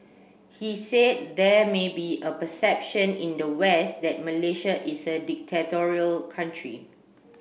he said there may be a perception in the west that Malaysia is a dictatorial country